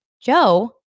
Joe